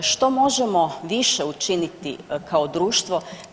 Što možemo više učiniti kao društvo?